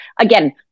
Again